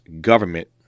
government